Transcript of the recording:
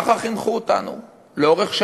ככה חינכו אותנו לאורך שנים.